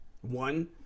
One